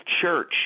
church